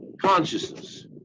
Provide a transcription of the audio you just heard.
consciousness